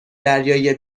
دریایی